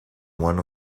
one